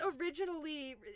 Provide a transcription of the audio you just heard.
originally